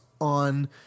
on